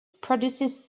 produces